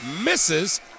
misses